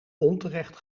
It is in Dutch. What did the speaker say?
onterecht